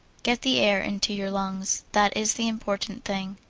get the air into your lungs that is the important thing.